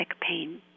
pain